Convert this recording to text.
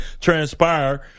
transpire